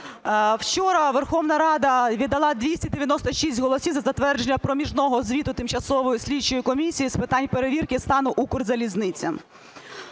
вчора Верховна Рада віддала 296 голосів за затвердження проміжного звіту Тимчасової слідчої комісії з питань перевірки стану Укрзалізниці.